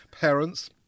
parents